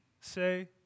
say